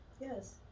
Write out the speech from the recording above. Yes